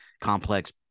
complex